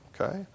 Okay